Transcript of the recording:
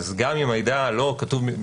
אז גם אם מידע לא מזוהה,